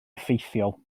effeithiol